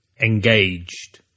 engaged